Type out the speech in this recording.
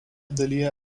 dalyje